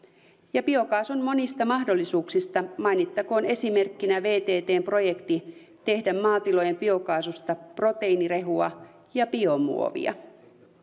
ja biokaasun monista mahdollisuuksista mainittakoon esimerkkinä vttn projekti tehdä maatilojen biokaasusta proteiinirehua ja biomuovia